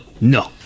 no